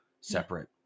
separate